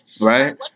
Right